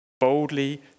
Boldly